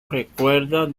recuerdos